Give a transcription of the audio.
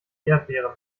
erdbeeren